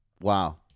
Wow